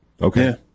Okay